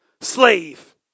Slave